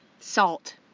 Salt